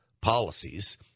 policies